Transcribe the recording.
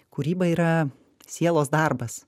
kūryba yra sielos darbas